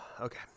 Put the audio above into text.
Okay